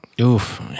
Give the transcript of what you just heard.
Oof